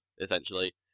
essentially